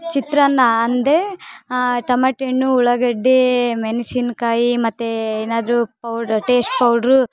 ಚಿತ್ರಾನ್ನ ಅಂದೆ ಟಮಟಿ ಹಣ್ಣು ಉಳ್ಳಾಗಡ್ಡೆ ಮೆಣ್ಸಿನ್ ಕಾಯಿ ಮತ್ತು ಏನಾದರು ಪೌಡರ್ ಟೇಸ್ಟ್ ಪೌಡ್ರು